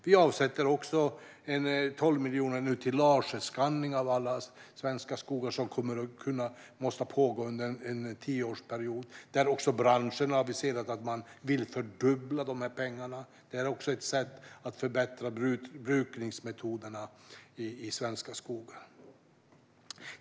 Vi avsätter nu 12 miljoner till laserskanning av alla svenska skogar. Det är något som måste pågå under en tioårsperiod. Också branschen har aviserat att de vill fördubbla de pengarna. Det är ett sätt att förbättra brukningsmetoderna i svenska skogar.